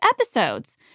episodes